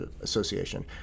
Association